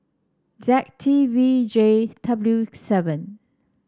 Z T V J W seven